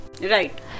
Right